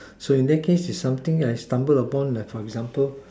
so in that case is something I stubble upon like for example